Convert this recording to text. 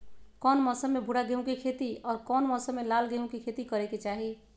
कौन मौसम में भूरा गेहूं के खेती और कौन मौसम मे लाल गेंहू के खेती करे के चाहि?